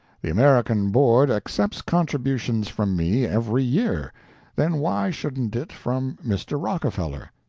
the american board accepts contributions from me every year then why shouldn't it from mr. rockefeller?